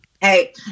Hey